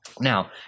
Now